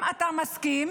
אם אתה מסכים,